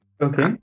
Okay